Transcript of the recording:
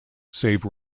save